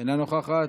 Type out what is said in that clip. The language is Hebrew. איננה נוכחת.